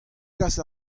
kas